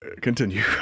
Continue